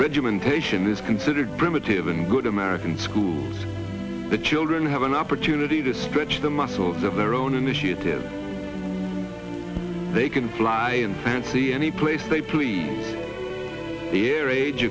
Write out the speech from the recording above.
regimentation is considered primitive in good american schools the children have an opportunity to stretch the muscles of their own initiative they can fly in fancy any place they please the air age